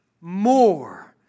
more